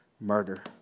murder